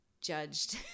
judged